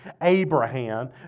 abraham